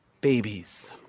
babies